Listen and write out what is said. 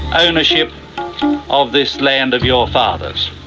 ownership of this land of your fathers.